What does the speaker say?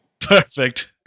Perfect